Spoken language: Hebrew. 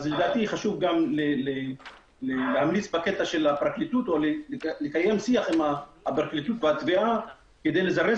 לדעתי חשוב להמליץ על קיום שיח עם הפרקליטות והתביעה כדי לזרז